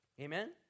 Amen